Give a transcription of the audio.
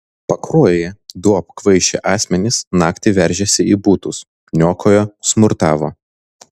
pakruojyje du apkvaišę asmenys naktį veržėsi į butus niokojo smurtavo